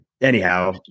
anyhow